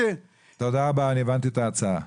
תודה רבה, אני הבנתי את ההצעה.